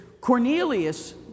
Cornelius